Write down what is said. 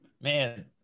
man